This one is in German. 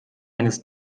eines